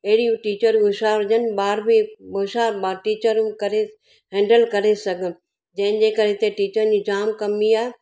अहिड़ी टीचरूं होश्यार हुजनि ॿार बि होश्यार टीचरूं करे हैंडल करे सघनि जंहिंजे करे हिते टीचरनि जी जाम कमी आहे